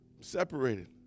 Separated